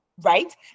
right